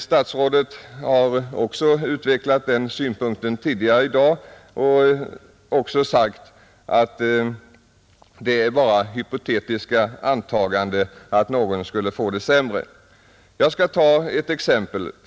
Statsrådet har utvecklat synpunkten tidigare i dag och sagt att det är bara hypotetiska antaganden att någon skulle få det sämre, Jag skall ta ett exempel.